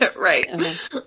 Right